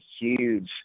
huge